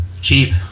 Cheap